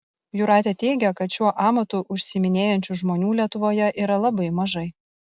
jūratė teigia jog šiuo amatu užsiiminėjančių žmonių lietuvoje yra labai mažai